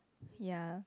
ya